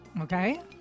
Okay